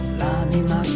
l'anima